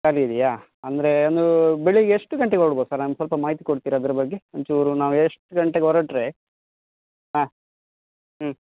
ಖಾಲಿ ಇದೆಯಾ ಅಂದರೆ ಒಂದು ಬೆಳಿಗ್ಗೆ ಎಷ್ಟು ಗಂಟೆಗೆ ಹೊರಡ್ಬೌದ್ ಸರ್ ನಮ್ಗೆ ಸ್ವಲ್ಪ ಮಾಹಿತಿ ಕೊಡ್ತೀರಾ ಅದ್ರ ಬಗ್ಗೆ ಒಂಚೂರು ನಾವು ಎಷ್ಟು ಗಂಟೆಗೆ ಹೊರಟ್ರೆ ಹಾಂ ಹ್ಞೂ